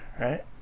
Right